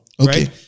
right